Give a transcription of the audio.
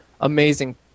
amazing